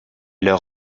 leur